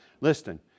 Listen